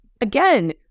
again